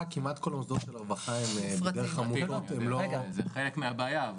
כמעט כל מוסדות הרווחה הם דרך עמותות --- זה חלק מהבעיה.